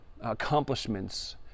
accomplishments